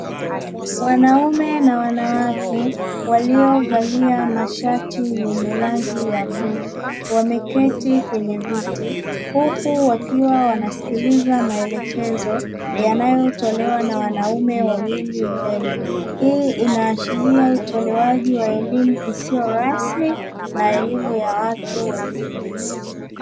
Wanaume na wanawake waliovalia mashati yenye rangi ya bluu wameketi kwenye viti, huku wakiwa wanasikiliza maelekezo yanayotolewa na wanaume wawili mbele; hii inaashiria utolewaji wa elimu isiyo rasmi na elimu ya watu wazima.